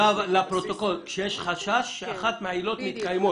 לפרוטוקול: כשיש חשש שאחת מהעילות מתקיימות,